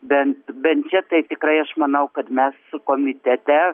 bent bent čia tai tikrai aš manau kad mes su komitete